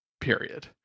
period